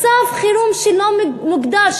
מצב חירום שלא מוגדר,